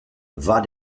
war